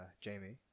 Jamie